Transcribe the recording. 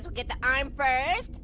get the arm first.